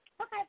Okay